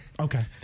Okay